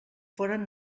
foren